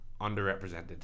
underrepresented